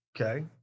Okay